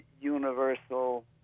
universal